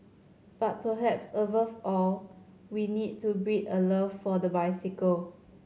but perhaps above all we need to breed a love for the bicycle